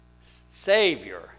Savior